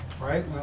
right